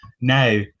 Now